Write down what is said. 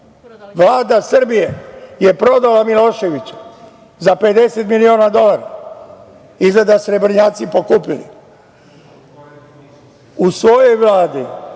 Vlada Srbije je prodala Miloševića za 50 miliona dolara, izgleda srebrnjaci pokupili. U svojoj Vladi